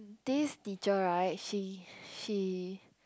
this teacher right she she